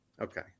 Okay